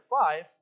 five